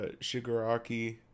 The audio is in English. Shigaraki